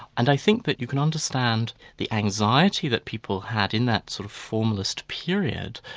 and i think that you can understand the anxiety that people had in that sort of formalist period.